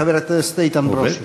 חבר הכנסת איתן ברושי.